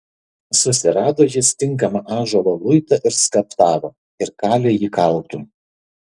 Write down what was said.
susirado jis tinkamą ąžuolo luitą ir skaptavo ir kalė jį kaltu